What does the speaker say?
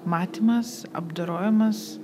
matymas apdorojimas